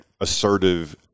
assertive